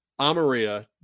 Amaria